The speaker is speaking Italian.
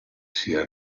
sia